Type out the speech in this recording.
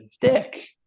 dick